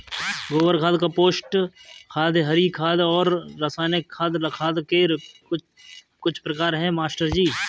गोबर खाद कंपोस्ट खाद हरी खाद और रासायनिक खाद खाद के कुछ प्रकार है मास्टर जी